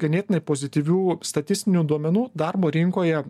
ganėtinai pozityvių statistinių duomenų darbo rinkoje